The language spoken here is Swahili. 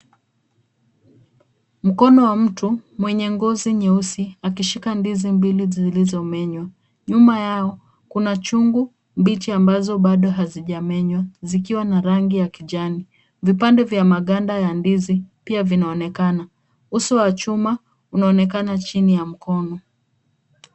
Mkono wa mtu mwenye ngozi nyeusi akishika ndizi mbili zilizomenywa. Nyuma yao kuna chungu mbichi ambazo bado hazijamenywa zikiwa na rangi ya kijani. Vipande vya maganda ya ndizi pia vinaonekana, uso wa chuma unaonekana chini ya mkono.